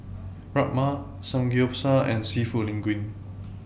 Rajma Samgeyopsal and Seafood Linguine